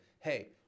Hey